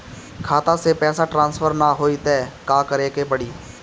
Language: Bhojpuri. खाता से पैसा ट्रासर्फर न होई त का करे के पड़ी?